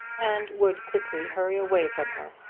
and would quickly hurry away from her.